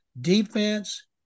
defense